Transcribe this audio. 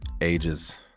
ages